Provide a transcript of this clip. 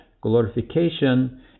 glorification